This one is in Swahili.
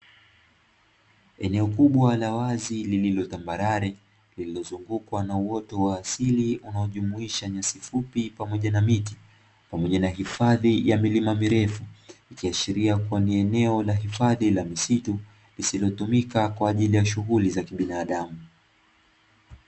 Eneo kubwa la wazi lililo tambarare, lililozungukwa na uoto wa asili unaojumuisha nyasi fupi pamoja na miti pamoja na hifadhi ya milima mirefu , ikiashiria kuwa ni eneo la hifadhi la misitu lisilotumika kwa ajili ya shughuli za kibinadamu.